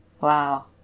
Wow